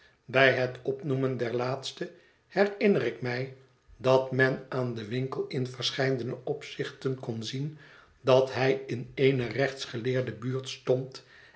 bij het opnoemen der laatste herinner ik mij dat men aan den winkel in verscheidene opzichten kon zien dat hij in eene rechtsgeleerde buurt stond